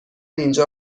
اینجا